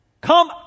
Come